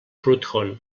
proudhon